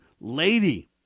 lady